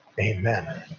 Amen